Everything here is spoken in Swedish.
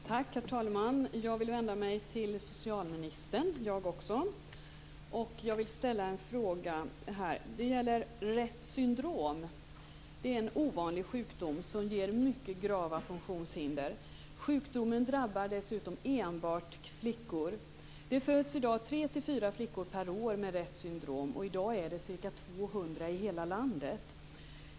Herr talman! Jag vill också vända mig till socialministern och ställa en fråga. Det gäller Retts syndrom. Det är en ovanlig sjukdom, som ger mycket grava funktionshinder. Sjukdomen drabbar dessutom enbart flickor. Det föds i dag tre-fyra flickor per år med Retts syndrom. I dag är de ca 200 i hela landet.